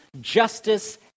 justice